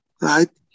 Right